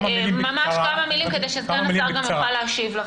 ממש כמה מילים כדי שסגן השר גם יוכל להשיב לכם.